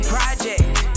Project